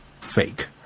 fake